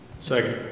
Second